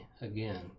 again